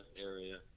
area